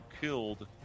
killed